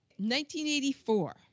1984